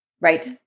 Right